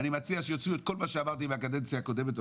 אני מציע שיוציאו את כל מה שאמרתי בקדנציה הקודמת.